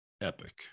epic